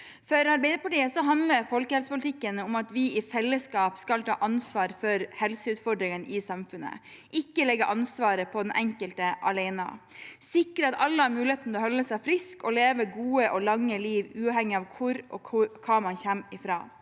For Arbeiderpartiet handler folkehelsepolitikken om at vi i fellesskap skal ta ansvar for helseutfordringene i samfunnet, ikke legge ansvaret på den enkelte alene, samt sikre at alle har muligheten til å holde seg friske og leve et godt og langt liv uavhengig av hvor og hva man kommer fra.